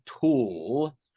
tool